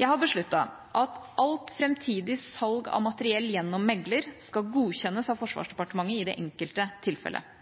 Jeg har besluttet at alt framtidig salg av materiell gjennom megler skal godkjennes av Forsvarsdepartementet i det enkelte tilfellet.